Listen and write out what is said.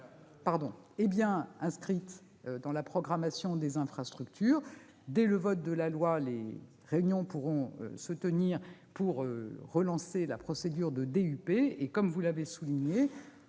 est bien inscrite dans la programmation des infrastructures. Dès le vote de la loi, les réunions pourront commencer en vue de relancer la procédure de DUP. Comme vous l'avez souligné,